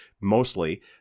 mostly